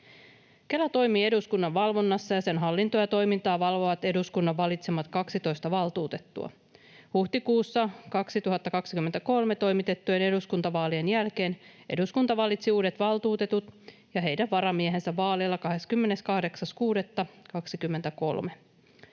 Kela toimii eduskunnan valvonnassa, ja sen hallintoa ja toimintaa valvovat eduskunnan valitsemat 12 valtuutettua. Huhtikuussa 2023 toimitettujen eduskuntavaalien jälkeen eduskunta valitsi uudet valtuutetut ja heidän varamiehensä vaaleilla 28.6.23.